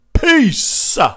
peace